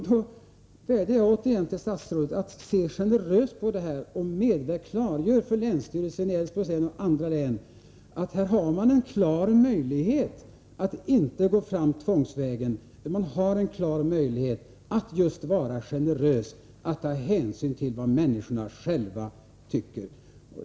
Då vädjar jag återigen till statsrådet att se generöst på saken och klargöra för länsstyrelsen i Älvsborgs län och andra län att här har man en möjlighet att inte gå fram tvångsvägen, utan att vara generös och ta hänsyn till vad människorna själva tycker.